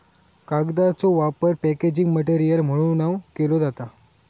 कागदाचो वापर packaging material म्हणूनव केलो जाता